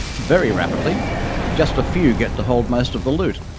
very rapidly just a few get to hold most of the loot.